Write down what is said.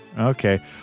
Okay